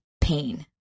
pain